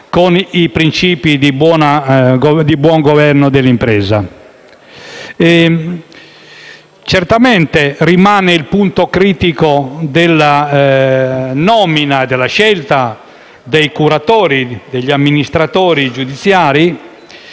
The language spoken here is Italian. con i princìpi di buon governo dell'impresa. Certamente, rimane il punto critico della scelta dei curatori e degli amministratori giudiziari